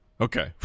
Okay